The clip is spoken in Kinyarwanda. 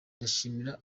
ndashimira